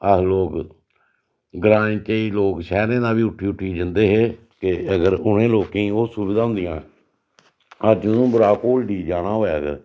अस लोक ग्राएं च ई लोक शैह्रें दा बी उट्ठी उट्ठी जंदे हे के अगर उ'नें लोकें गी ओह् सुविधां होंदियां अज्ज उधमपुरा कोलड़ी गी जाना होऐ अगर